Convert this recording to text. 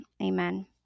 Amen